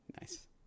Nice